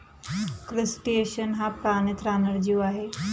crustacean हा पाण्यात राहणारा जीव आहे